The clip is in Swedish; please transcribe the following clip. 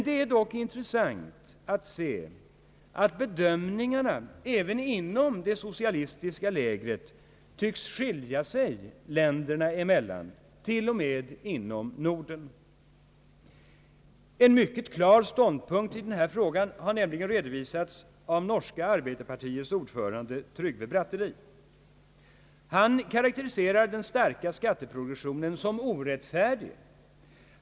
Det är dock intressant att se att bedömningarna även inom det socialistiska lägret tycks skilja sig länderna emellan, t.o.m. inom Norden. En mycket klar ståndpunkt i denna fråga har nämligen redovisats av norska arbeiderpartiets ordförande, Tryggve Bratteli. Han karakteriserar den starka skatteprogressionen som orättfärdig.